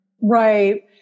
Right